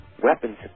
weapons